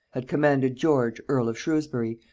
had commanded george earl of shrewsbury,